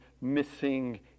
missing